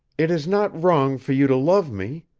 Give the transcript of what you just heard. it is not wrong for you to love me.